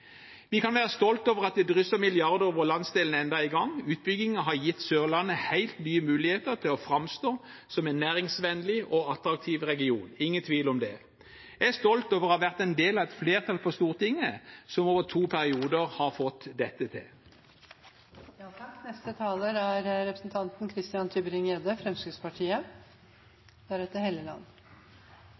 Vi kan være stolt over at det drysser milliarder over landsdelen enda en gang. Utbygginger har gitt Sørlandet helt nye muligheter til å framstå som en næringsvennlig og attraktiv region. Det er ingen tvil om det. Jeg er stolt over å ha vært en del av et flertall på Stortinget som over to perioder har fått dette til. Til rekken av hjem-hilsninger: Jeg er